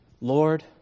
Lord